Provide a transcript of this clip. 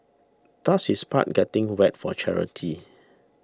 does his part getting wet for charity